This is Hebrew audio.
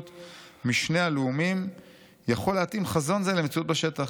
משני הלאומים יכול להתאים חזון זה למציאות בשטח.